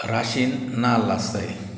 राशीन नाल आसताय